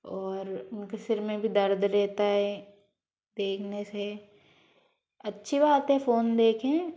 और उनके सिर में भी दर्द रहता है देखने से अच्छी बात है फ़ोन देखें